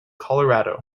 colorado